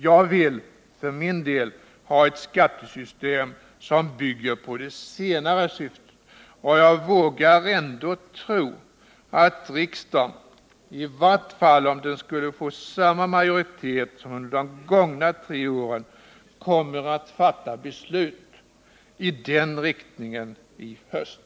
Jag vill ha ett skattesystem som bygger på det senare syftet. Och jag vågar ändå tro att riksdagen —i vart fall om den skulle få samma majoritet som under de gångna tre åren — kommer att fatta beslut i den riktningen i höst.